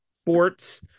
sports